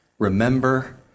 remember